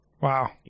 Wow